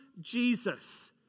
Jesus